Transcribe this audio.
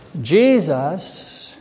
Jesus